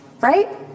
right